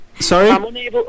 Sorry